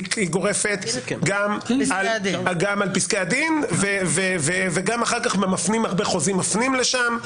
היא גורפת גם על פסקי הדין וגם אחר כך הרבה חוזים מפנים לשם.